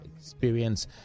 experience